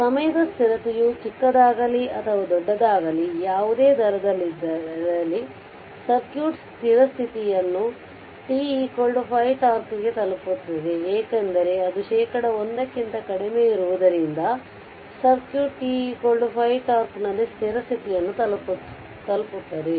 ಸಮಯದ ಸ್ಥಿರತೆಯು ಚಿಕ್ಕದಾಗಲಿ ಅಥವಾ ದೊಡ್ಡದಾಗಲಿ ಯಾವುದೇ ದರದಲ್ಲಿರಲಿ ಸರ್ಕ್ಯೂಟ್ ಸ್ಥಿರ ಸ್ಥಿತಿಯನ್ನು t 5τ ಗೆ ತಲುಪುತ್ತದೆ ಏಕೆಂದರೆ ಅದು ಶೇಕಡಾ 1 ಕ್ಕಿಂತ ಕಡಿಮೆಯಿರುವುದರಿಂದ ಸರ್ಕ್ಯೂಟ್ t 5 τ ನಲ್ಲಿ ಸ್ಥಿರ ಸ್ಥಿತಿಯನ್ನು ತಲುಪುತ್ತದೆ